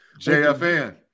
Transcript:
JFN